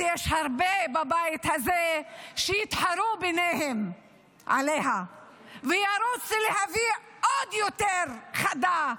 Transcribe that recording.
יש הרבה בבית הזה שיתחרו ביניהם עליה וירוצו להביא עוד יותר חדה,